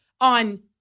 on